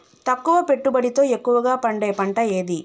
తక్కువ పెట్టుబడితో ఎక్కువగా పండే పంట ఏది?